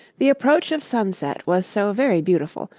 the approach of sunset was so very beautiful,